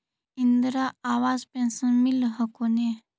Indira Awas pension मिल हको ने?